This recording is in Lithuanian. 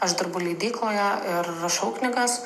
aš dirbu leidykloje ir rašau knygas